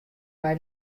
mei